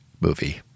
movie